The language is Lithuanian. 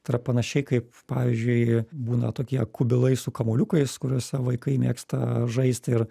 tai yra panašiai kaip pavyzdžiui būna tokie kubilai su kamuoliukais kuriuose vaikai mėgsta žaisti ir